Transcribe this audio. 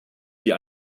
die